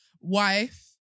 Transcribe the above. Wife